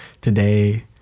today